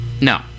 No